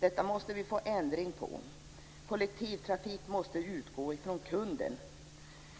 Detta måste vi få ändring på. Kollektivtrafik måste utgå från kunden.